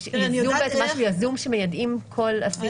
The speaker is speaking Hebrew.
יש משהו יזום שמיידעים כל אסיר?